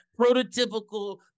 prototypical